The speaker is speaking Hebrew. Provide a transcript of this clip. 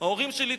הדבר הוא חריג.